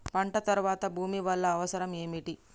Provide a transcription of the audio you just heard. పంట తర్వాత భూమి వల్ల అవసరం ఏమిటి?